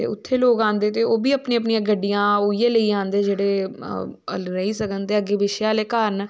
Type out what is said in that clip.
ते उत्थें लोग आंदे ते अपनी अपनी गड्डियां उऐ लेइयै आंदे जेह्ड़े रेही सकन ते अग्गे पिच्छे आह्ले घर न